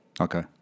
Okay